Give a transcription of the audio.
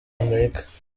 amerika